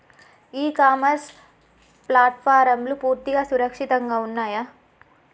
ఇ commerce ప్లాట్ఫారమ్లు పూర్తిగా సురక్షితంగా ఉన్నయా?